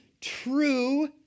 true